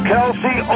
Kelsey